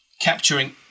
capturing